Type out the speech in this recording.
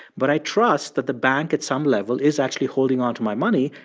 but i trust that the bank at some level is actually holding onto my money.